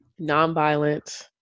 nonviolent